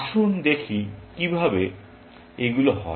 আসুন দেখি কিভাবে এগুলো হয়